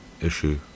issue